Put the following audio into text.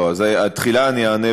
תחילה אני אענה